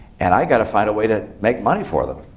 and i've got to find a way to make money for them.